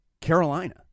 Carolina